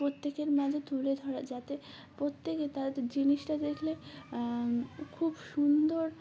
প্রত্যেকের মাঝে তুলে ধরা যাতে প্রত্যেকে তাদের জিনিসটা দেখলে খুব সুন্দর